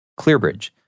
ClearBridge